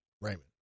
Raymond